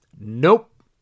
Nope